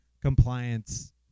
compliance